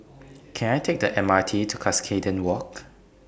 Can I Take The M R T to Cuscaden Walk